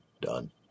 done